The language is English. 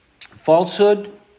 falsehood